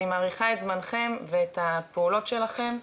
אני מעריכה את זמנכם ואת הפעולות שלכם.